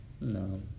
No